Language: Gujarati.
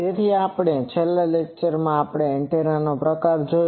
તેથી છેલ્લા એક લેકચરમાં આપણે એન્ટેનાનો પ્રકાર જોયો